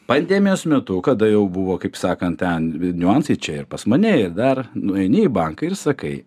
pandemijos metu kada jau buvo kaip sakant ten niuansai čia ir pas mane ir dar nueini į banką ir sakai